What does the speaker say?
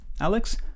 Alex